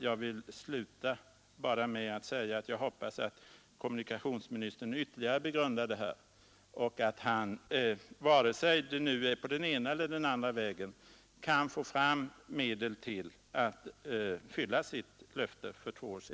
Jag vill sluta med att säga att jag hoppas att kommunikationsministern ytterligare begrundar detta och att han på den ena eller den andra vägen kan få fram medel till att uppfylla det löfte